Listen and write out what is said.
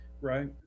right